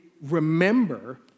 remember